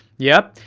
yep.